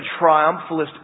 triumphalist